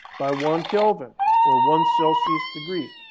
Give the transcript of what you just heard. by one kelvin or one celsius degree.